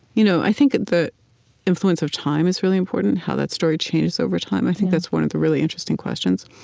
you know i think the influence of time is really important how that story changes over time. i think that's one of the really interesting questions.